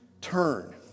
Turn